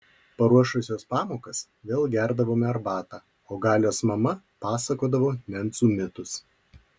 paruošusios pamokas vėl gerdavome arbatą o galios mama pasakodavo nencų mitus